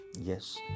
Yes